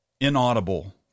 inaudible